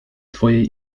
twojej